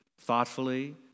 thoughtfully